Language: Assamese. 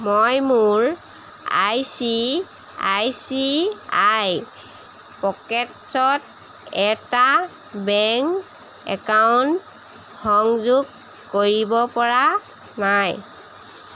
মই মোৰ I C I C I পকেটছত এটা বেংক একাউণ্ট সংযোগ কৰিব পৰা নাই